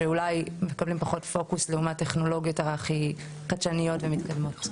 שאולי מקבלים פחות פוקוס לעומת טכנולוגיות חדשניות ומתקדמות.